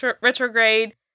retrograde